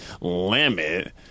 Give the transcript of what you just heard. limit